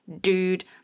dude